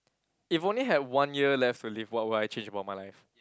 if only have one year left to live what would I change about my life